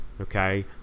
okay